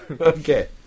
Okay